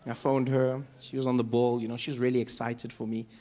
ah phoned her, she was on the ball. you know, she was really excited for me